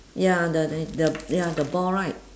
ya the the the ya the ball right